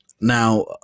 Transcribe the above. Now